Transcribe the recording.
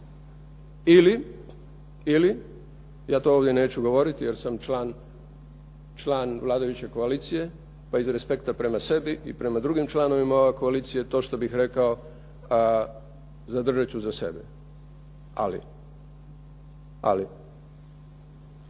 Ili ja to ovdje neću govoriti, jer sam član vladajuće koalicije, pa iz respekta prema sebi i prema drugim članovima koalicije, to što bih rekao zadržati ću za sebe. Ali, mora